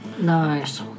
Nice